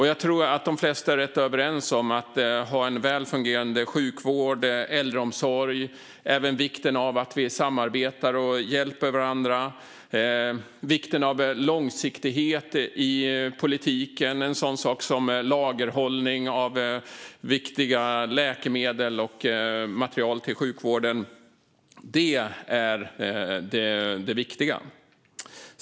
Jag tror att de flesta är rätt överens om att det är viktigt med sådant som en väl fungerande sjukvård och äldreomsorg, att vi samarbetar och hjälper varandra och att vi har en långsiktighet i politiken. En sådan sak som lagerhållning av läkemedel och material till sjukvården är det viktiga.